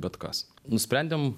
bet kas nusprendėm